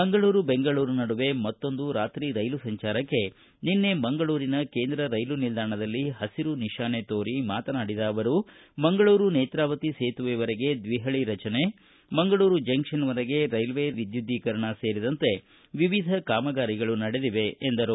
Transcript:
ಮಂಗಳೂರು ಬೆಂಗಳೂರು ನಡುವೆ ಮತ್ತೊಂದು ರಾತ್ರಿ ರೈಲು ಸಂಚಾರಕ್ಕೆ ನಿನ್ನೆ ಮಂಗಳೂರಿನ ಕೇಂದ್ರ ರೈಲು ನಿಲ್ದಾಣದಲ್ಲಿ ಹಸಿರು ನಿಶಾನೆ ತೋರಿ ಮಾತನಾಡಿದ ಅವರು ಮಂಗಳೂರು ನೇತ್ರಾವತಿ ಸೇತುವೆವರೆಗೆ ದ್ವಿಪಳಿ ರಚನೆ ಮಂಗಳೂರು ಜಂಕ್ಷನ್ವರೆಗೆ ರೈಲ್ವೆ ಲೈನ್ ವಿದ್ಯುದೀಕರಣ ಸೇರಿದಂತೆ ವಿವಿಧ ಕಾಮಗಾರಿಗಳು ನಡೆದಿವೆ ಎಂದರು